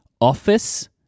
office